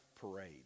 parade